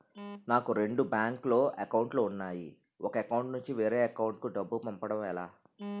నాకు రెండు బ్యాంక్ లో లో అకౌంట్ లు ఉన్నాయి ఒక అకౌంట్ నుంచి వేరే అకౌంట్ కు డబ్బు పంపడం ఎలా?